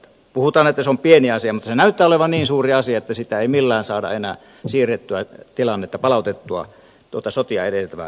puhutaan että se on pieni asia mutta se näyttää olevan niin suuri asia että sitä ei millään saada enää siirrettyä tilannetta palautettua sotia edeltävään aikaan